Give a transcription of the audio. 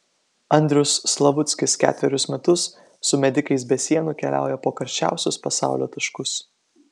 andrius slavuckis ketverius metus su medikais be sienų keliauja po karščiausius pasaulio taškus